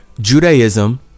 Judaism